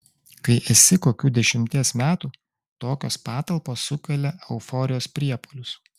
kai esi kokių dešimties metų tokios patalpos sukelia euforijos priepuolius